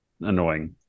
annoying